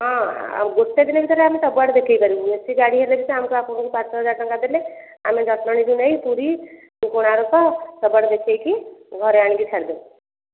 ହଁ ଆଉ ଗୋଟେ ଦିନ ଭିତରେ ଆମେ ସବୁଆଡ଼େ ଦେଖେଇପାରିବୁ ଏସି ଗାଡ଼ି ହେଲେବି ସେ ଆମକୁ ପାଞ୍ଚ ହଜାର ଟଙ୍କା ଦେଲେ ଆମେ ଜଟଣୀରୁ ନେଇ ପୁରୀ କୋଣାର୍କ ସବୁଆଡ଼େ ଦେଖେଇକି ଘରେ ଆଣିକି ଛାଡ଼ି ଦେବୁ